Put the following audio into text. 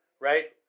right